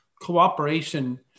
cooperation